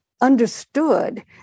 understood